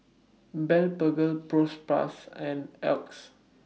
Blephagel Propass and Oxy